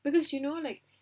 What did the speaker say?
because you know like